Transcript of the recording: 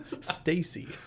Stacy